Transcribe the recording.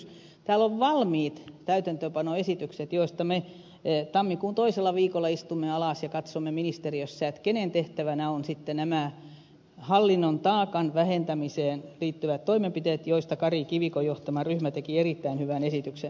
täällä on valmiit täytäntöönpanoesitykset joista me tammikuun toisella viikolla istumme alas ja katsomme ministeriössä kenen tehtävänä ovat sitten nämä hallinnon taakan vähentämiseen liittyvät toimenpiteet joista kari kivikon johtama ryhmä teki erittäin hyvän esityksen